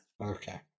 Okay